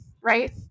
right